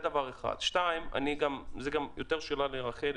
דבר שני, שמופנה לרחלי